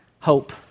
hope